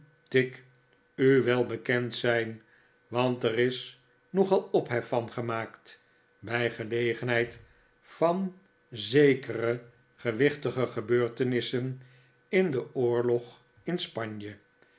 tigg u wel bekend zijn want er is nogal ophef van gemaakt bij gelegenheid van zekere gewichtige gebeurtenissen in den oorlog in spanje